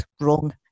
wrong